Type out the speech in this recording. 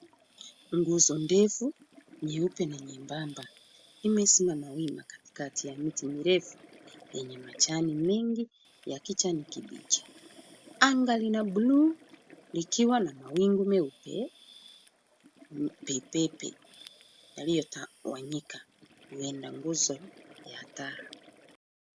Nguzo ndefu, nyeupe na nyembamba imesimama wima katikakati ya miti mirefu yenye majani mengi ya kijani kibichi. Anga ni la bluu likiwa na mawingu meupe pe pe pe yaliyotawanyika. Huenda nguzo ya taa.